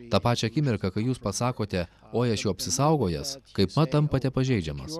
tą pačią akimirką kai jūs pasakote oi aš jau apsisaugojęs kaipmat tampate pažeidžiamas